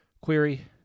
Query